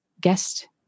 guest